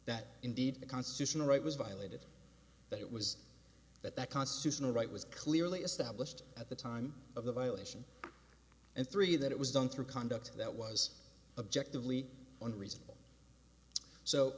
that indeed the constitutional right was violated that it was but that constitutional right was clearly established at the time of the violation and three that it was done through conduct that was objective lete on reasonable so